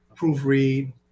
proofread